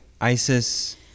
Isis